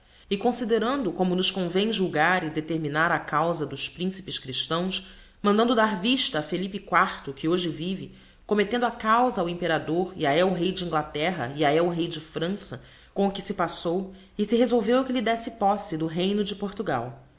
e considerando como nos convem julgar e detreminar a cauza dos principes christãos mandando dar vista a felipe quarto que hoje vive cometendo a cauza ao imperador e a elrey de inglaterra e a elrey de frança com o